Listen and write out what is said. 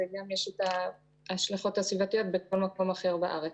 אז גם יש את ההשלכות הסביבתיות בכל מקום אחר בארץ.